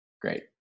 Great